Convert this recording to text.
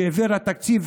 שהעבירה תקציב,